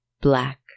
black